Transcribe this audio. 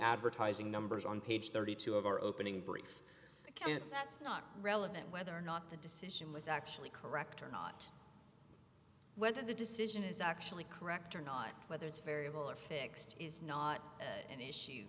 advertising numbers on page thirty two dollars of our opening brief that's not relevant whether or not the decision was actually correct or not whether the decision is actually correct or not whether it's variable or fixed is not an issue